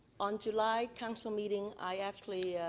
on july council meeting i actually